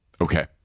Okay